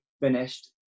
finished